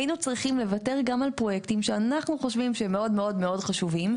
היינו צריכים לוותר גם על פרויקטים שאנחנו חושבים שהם מאוד מאוד חשובים,